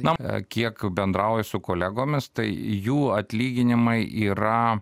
na kiek bendrauju su kolegomis tai jų atlyginimai yra